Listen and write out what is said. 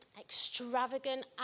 extravagant